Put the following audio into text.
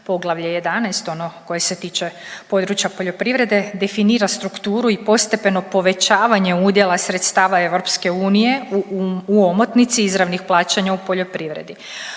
Poglavlje 11. ono koje se tiče područja poljoprivrede definira strukturu i postepeno povećanje udjela sredstava EU u omotnici izravnih plaćanja u poljoprivredi.